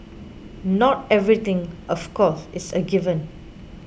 not everything of course is a given